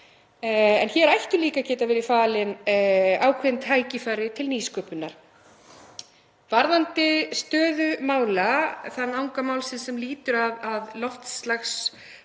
En hér ættu líka að geta verið falin ákveðin tækifæri til nýsköpunar. Varðandi stöðu þess anga málsins sem lýtur að loftslagsmálum